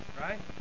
right